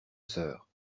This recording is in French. sœur